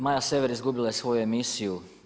Maja Sever izgubila je svoju emisiju.